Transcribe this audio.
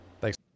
thanks